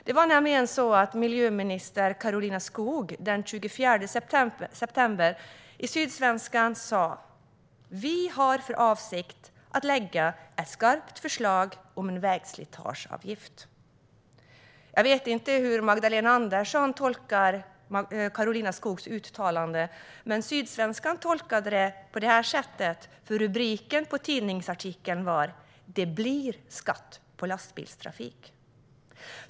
Det var nämligen så att miljöminister Karolina Skog den 24 september i Sydsvenskan uttalade: "Vi har för avsikt att lägga ett skarpt förslag om en vägslitageavgift." Jag vet inte hur Magdalena Andersson tolkar Karolina Skogs uttalande, men Sydsvenskans rubrik på tidningsartikeln var: "Karolina Skog: Det blir skatt på lastbilstrafik."